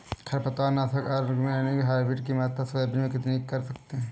खरपतवार नाशक organic hybrid की मात्रा सोयाबीन में कितनी कर सकते हैं?